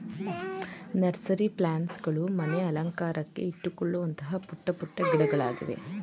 nursery plants ಗಳು ಮನೆ ಅಲಂಕಾರಕ್ಕೆ ಇಟ್ಟುಕೊಳ್ಳುವಂತಹ ಪುಟ್ಟ ಪುಟ್ಟ ಗಿಡಗಳಿವೆ